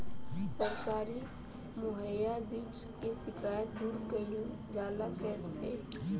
सरकारी मुहैया बीज के शिकायत दूर कईल जाला कईसे?